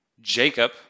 Jacob